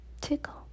Tickle